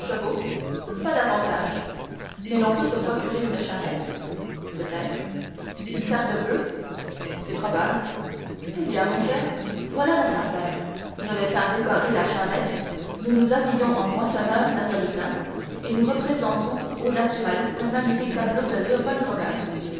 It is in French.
pas davantage mais l'on peut se procurer une charrette peut-être une paire de boeufs c'est probable eh bien mon cher voilà notre affaire je vais faire décorer la charrette nous nous habillons en moissonneurs napolitains et nous représentons au naturel le magnifique tableau de léopold